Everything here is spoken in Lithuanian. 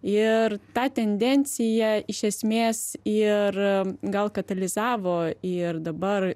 ir tą tendenciją iš esmės ir gal katalizavo ir dabar